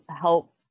help